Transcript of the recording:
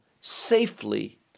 safely